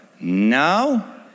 now